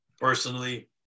personally